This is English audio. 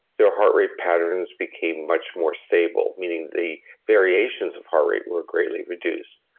their heart rate patterns became much more stable. meaning, the variations of heart rate were greatly reduced.